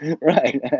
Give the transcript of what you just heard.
Right